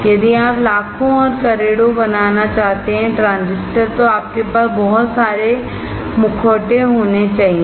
यदि आप लाखों और करोड़ों बनाना चाहते हैं ट्रांजिस्टर तो आपके पास बहुत सारे मुखौटे होने चाहिए